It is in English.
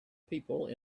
people